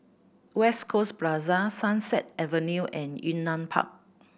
West Coast Plaza Sunset Avenue and Yunnan Park